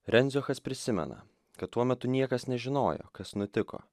rendziochas prisimena kad tuo metu niekas nežinojo kas nutiko